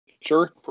Sure